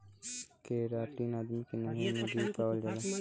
keratin आदमी के नहे में भी पावल जाला